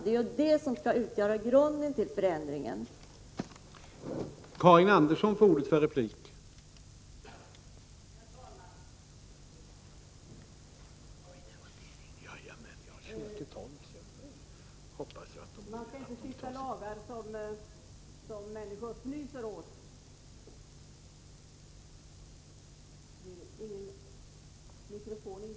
Det är det som sedan skall utgöra grunden till en förändring i detta sammanhang.